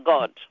God